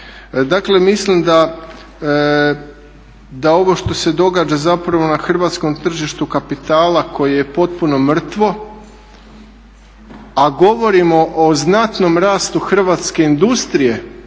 Dakle, mislim da ovo što se događa zapravo na hrvatskom tržištu kapitala koje je potpuno mrtvo, a govorimo o znatnom rastu hrvatske industrije